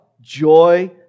joy